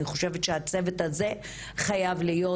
אני חושבת שהצוות הזה חייב להיות,